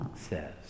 says